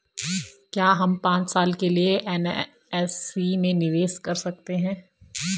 क्या हम पांच साल के लिए एन.एस.सी में निवेश कर सकते हैं?